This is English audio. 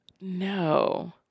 No